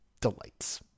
delights